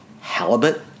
Halibut